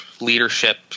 leadership